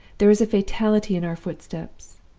there is a fatality in our footsteps!